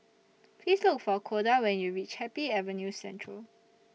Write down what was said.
Please Look For Koda when YOU REACH Happy Avenue Central